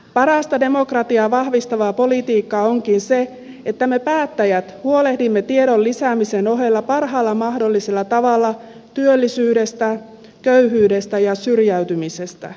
parasta demokratiaa vahvistavaa politiikkaa onkin se että me päättäjät huolehdimme tiedon lisäämisen ohella parhaalla mahdollisella tavalla työllisyydestä köyhyydestä ja syrjäytymisestä